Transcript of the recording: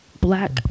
Black